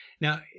Now